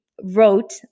wrote